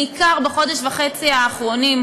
בעיקר בחודש וחצי האחרון,